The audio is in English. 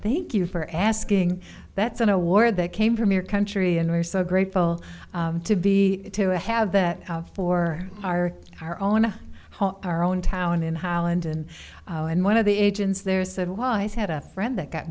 thank you for asking that's an award that came from your country and we're so grateful to be to have that for our our own to our own town in holland and and one of the agents there said weiss had a friend that got